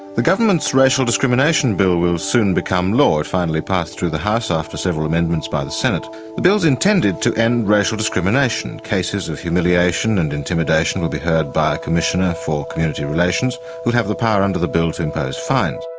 the government's racial discrimination bill will soon become law. it finally passed through the house after several amendments by the senate. the bill is intended to end racial discrimination. cases of humiliation and intimidation will be heard by a commissioner for community relations who will have the power under the bill to impose fines.